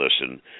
listen